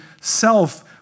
self